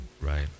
right